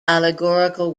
allegorical